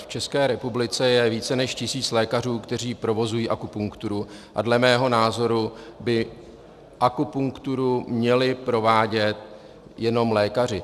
V České republice je více než tisíc lékařů, kteří provozují akupunkturu, a dle mého názoru by akupunkturu měli provádět jenom lékaři.